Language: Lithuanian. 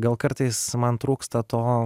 gal kartais man trūksta to